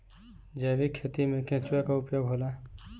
जैविक खेती मे केचुआ का उपयोग होला?